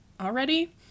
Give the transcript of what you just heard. already